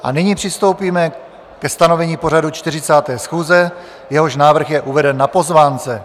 A nyní přistoupíme ke stanovení pořadu 40. schůze, jehož návrh je uveden na pozvánce.